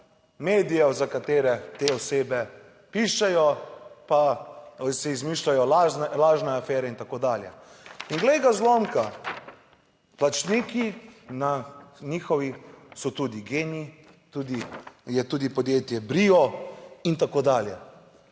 medijev, za katere te osebe pišejo, pa si izmišljajo lažne afere in tako dalje. In glej ga zlomka, plačniki na njihovi so tudi GEN-I, tudi je tudi podjetje Brio in tako dalje.